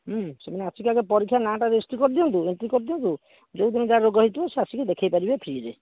ହୁଁ ହୁଁ ମୁଁ ସେମାନେ ଆସିକି ଆଗେ ତାଙ୍କ ପରୀକ୍ଷା ନା ଟା ରେଜିଷ୍ଟ୍ରୀ କରିଦିଅନ୍ତୁ ଏଣ୍ଟ୍ରୀ କରିଦିଅନ୍ତୁ ଯୋଉ ଦିନ ଯାହା ରୋଗ ହେଇଥିବ ସେ ଆସିକି ଦେଖେଇ ପାରିବେ ଫ୍ରୀ'ରେ